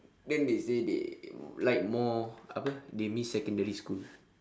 then they say they like more apa they miss secondary school